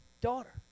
daughter